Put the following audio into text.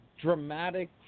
dramatic